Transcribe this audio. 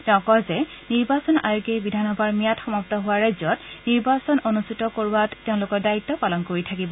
তেওঁ কয় যে নিৰ্বাচন আয়োগে বিধানসভাৰ ম্যাদ সমাপ্ত হোৱা ৰাজ্যত নিৰ্বাচন অনুষ্ঠিত কৰোৱাত তেওঁলোকৰ দায়িত্ব পালন কৰি থাকিব